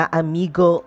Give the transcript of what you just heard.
amigo